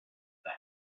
yfed